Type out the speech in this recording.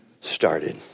started